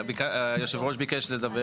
יושב הראש ביקש לדבר.